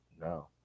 No